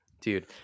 Dude